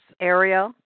area